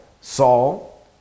Saul